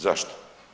Zašto?